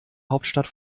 hauptstadt